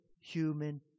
human